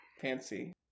Fancy